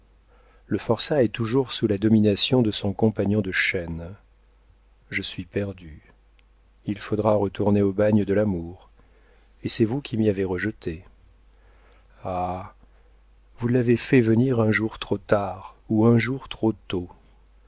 le forçat est toujours sous la domination de son compagnon de chaîne je suis perdue il faudra retourner au bagne de l'amour et c'est vous qui m'y avez rejeté ah vous l'avez fait venir un jour trop tard ou un jour trop tôt